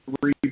three